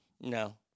no